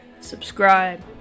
subscribe